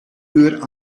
uur